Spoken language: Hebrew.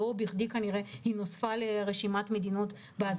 ולא בכדי היא נוספה לרשימת המדינות באזהרת מסע חמורה.